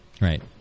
right